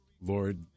Lord